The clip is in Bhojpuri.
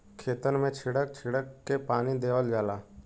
खेतन मे छीड़क छीड़क के पानी देवल जाला